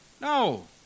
No